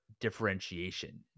differentiation